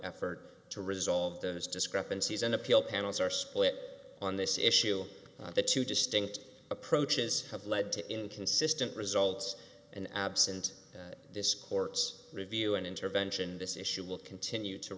effort to resolve those discrepancies an appeal panels are split on this issue the two distinct approaches have led to inconsistent results and absent this court's review and intervention this issue will continue to